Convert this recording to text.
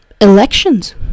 elections